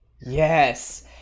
yes